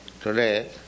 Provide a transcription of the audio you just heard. today